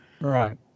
right